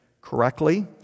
correctly